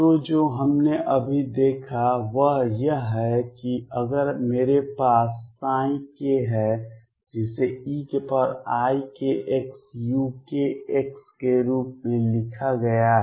तो जो हमने अभी देखा वह यह है कि अगर मेरे पास k है जिसे eikxukx के रूप में लिखा गया है